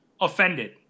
offended